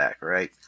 right